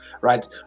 right